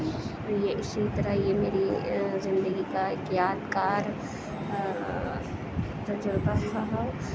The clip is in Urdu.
یہ اسی طرح یہ میری زندگی کا ایک یادگار تجربہ رہا